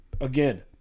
Again